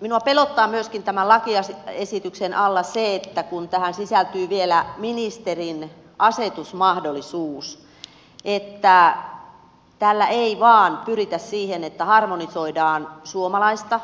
minua pelottaa myöskin tämän lakiesityksen alla se että kun tähän sisältyy vielä ministerin asetusmahdollisuus että tällä ei vaan pyritä siihen että harmonisoidaan suomalaista